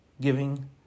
giving